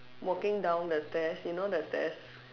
walking down the stairs you know the stairs